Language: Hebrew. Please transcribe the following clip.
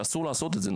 אסור לעשות את זה,